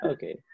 Okay